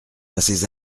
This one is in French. passez